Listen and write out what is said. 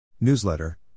Newsletter